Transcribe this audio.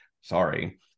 Sorry